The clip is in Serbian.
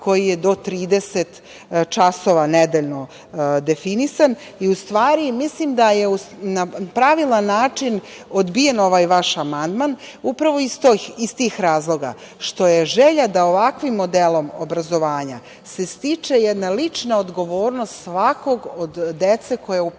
koji je do 30 časova nedeljno definisan. Mislim da je na pravilan način odbijen ovaj vaš amandman, a upravo iz tih razloga što je želja da se ovakvim modelom obrazovanja stekne jedna lična odgovornost dece koja se